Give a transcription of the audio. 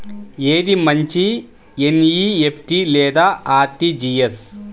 ఏది మంచి ఎన్.ఈ.ఎఫ్.టీ లేదా అర్.టీ.జీ.ఎస్?